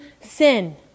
sin